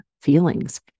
feelings